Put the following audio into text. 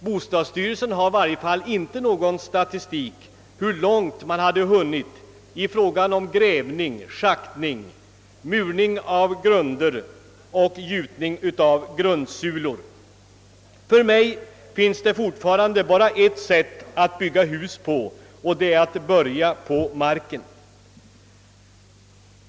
Bostadsstyrelsen har i varje fall inte någon statistik över hur långt man hade hunnit i fråga om grävning, schaktning, murning av grunder och gjutning av grundsulor. För mig finns det fortfarande bara ett sätt att bygga hus på, och det är att börja på marken!